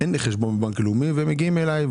ולי אין חשבון בבנק הלאומי הם מגיעים אליי,